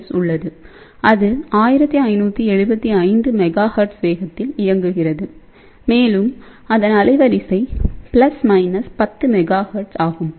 S உள்ளது அது 1575MHz வேகத்தில் இயங்குகிறது மேலும் அதன் அலைவரிசை பிளஸ் மைனஸ் 10 MHz ஆகும்